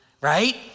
right